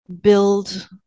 build